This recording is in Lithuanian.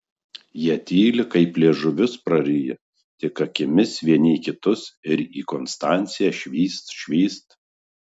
jie tyli kaip liežuvius prariję tik akimis vieni į kitus ir į konstanciją švyst švyst